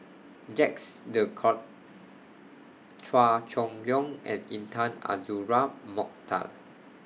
Jacques De Coutre Chua Chong Long and Intan Azura Mokhtar